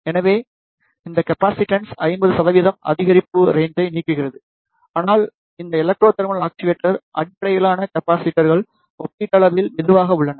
எனவே இது கெப்பாசிடன்ஸ் 50 அதிகரிப்பு ரேன்ச்சை நீக்குகிறது ஆனால் இந்த எலக்ட்ரோ தெர்மல் ஆக்சுவேட்டர் அடிப்படையிலான கெப்பாஸிட்டர்கள் ஒப்பீட்டளவில் மெதுவாக உள்ளன